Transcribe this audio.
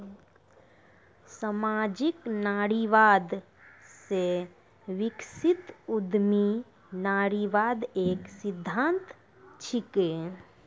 सामाजिक नारीवाद से विकसित उद्यमी नारीवाद एक सिद्धांत छिकै